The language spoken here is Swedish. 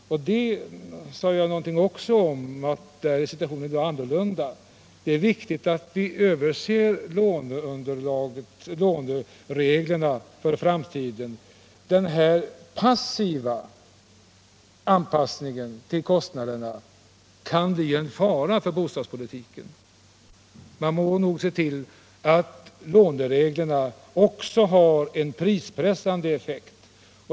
Jag sade också att situationen på den punkten nu är en annan. Det är därför viktigt att vi ser över lånereglerna för framtiden. Den här passiva anpassningen av kostnaderna kan bli en fara för bostadspolitiken. Vi måste nog se till att lånereglerna också har en prispressande effekt.